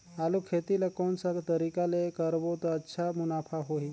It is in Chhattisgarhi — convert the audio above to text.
आलू खेती ला कोन सा तरीका ले करबो त अच्छा मुनाफा होही?